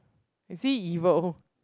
you see evil